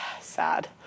sad